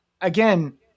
again